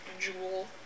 jewel